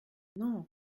non